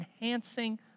enhancing